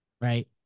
Right